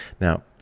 now